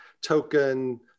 token